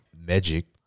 magic